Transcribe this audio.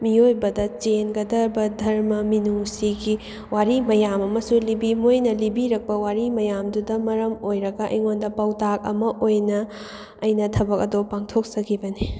ꯃꯤꯑꯣꯏꯕꯗ ꯆꯦꯟꯒꯗꯕ ꯙꯔꯃ ꯃꯤꯅꯨꯡꯁꯤꯒꯤ ꯋꯥꯔꯤ ꯃꯌꯥꯝ ꯑꯃꯁꯨ ꯂꯤꯕꯤ ꯃꯣꯏꯅ ꯂꯤꯕꯤꯔꯛꯄ ꯋꯥꯔꯤ ꯃꯌꯥꯝꯗꯨꯗ ꯃꯔꯝ ꯑꯣꯏꯔꯒ ꯑꯩꯉꯣꯟꯗ ꯄꯥꯎꯇꯥꯛ ꯑꯃ ꯑꯣꯏꯅ ꯑꯩꯅ ꯊꯕꯛ ꯑꯗꯣ ꯄꯥꯡꯊꯣꯛꯆꯈꯤꯕꯅꯤ